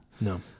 No